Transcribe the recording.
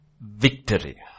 victory